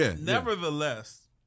nevertheless